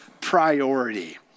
priority